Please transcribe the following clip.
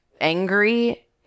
angry